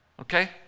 Okay